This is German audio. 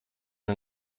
den